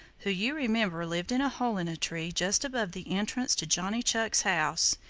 who, you remember, lived in a hole in a tree just above the entrance to johnny chuck's house.